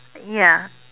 ya